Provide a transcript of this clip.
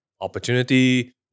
Opportunity